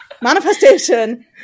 manifestation